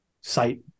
site